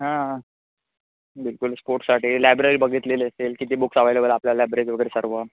हां बिलकुल स्पोर्ट्ससाठी लायब्ररी बघितलेली असेल किती बुक्स अवेलेबल आपल्या लायब्ररीत वगैरे सर्व